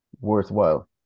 worthwhile